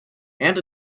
and